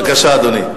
בבקשה, אדוני.